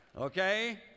Okay